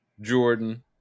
jordan